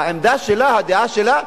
העמדה שלה, הדעה שלה,